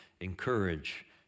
encourage